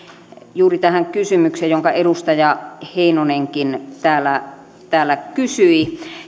juuri tähän kysymykseen jonka edustaja heinonenkin täällä täällä kysyi